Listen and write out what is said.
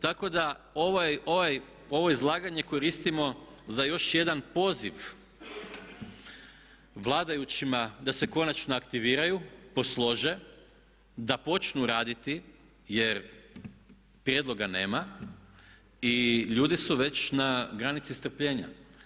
Tako da ovo izlaganje koristimo za još jedan poziv vladajućima da se konačno aktiviraju, poslože, da počnu raditi jer prijedloga nema i ljudi su već na granici strpljenja.